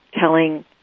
telling